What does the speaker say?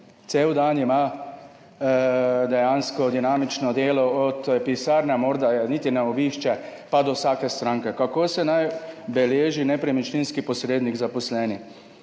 Cel dan ima dejansko dinamično delo, od pisarne, ki jo morda niti ne obišče, pa do vsake stranke. Kako se naj beleži nepremičninski posrednik? Delavec